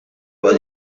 was